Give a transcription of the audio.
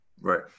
Right